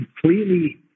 completely